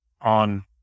on